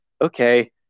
okay